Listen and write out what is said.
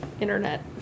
internet